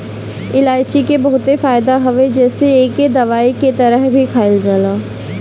इलायची के बहुते फायदा हवे जेसे एके दवाई के तरह भी खाईल जाला